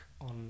on